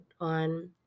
on